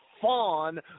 fawn